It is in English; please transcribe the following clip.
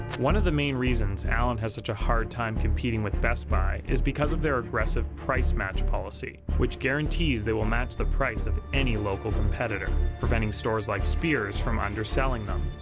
one of the main reasons alen has such a hard time competing with best buy is because of their aggressive price-match policy, which guarantees they will match the price of any local competitor, preventing stores like speers from underselling them,